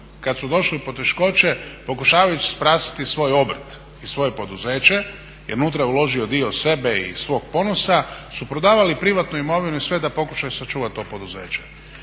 kad su došli u poteškoće pokušavajući spasiti svoj obrt i svoje poduzeće jer unutra je uložio dio sebe i svog ponosa su prodavali privatnu imovinu i sve da pokušaju sačuvati to poduzeće.